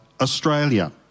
Australia